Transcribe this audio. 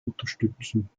unterstützen